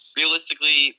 realistically